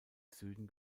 süden